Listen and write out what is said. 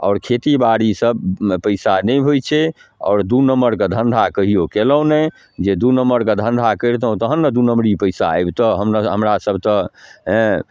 आओर खेतीबाड़ीसँ पइसा नहि होइ छै आओर दुइ नम्बरके धन्धा कहिऔ कएलहुँ नहि जे दुइ नम्बरके धन्धा करितहुँ तहन ने दुइ नम्बरी पइसा आबिते हम हमरासभ तऽ हेँ